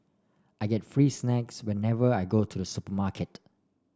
I get free snacks whenever I go to the supermarket